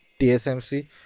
tsmc